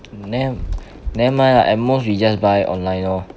ne~ nevermind lah at most we just buy online lor